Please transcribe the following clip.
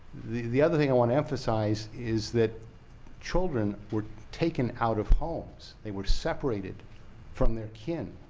the the other thing i want to emphasize, is that children were taken out of homes. they were separated from their kin.